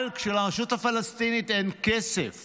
אבל כשלרשות הפלסטינית אין כסף